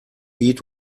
eat